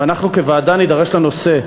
ואנחנו, כוועדה, נידרש לנושא.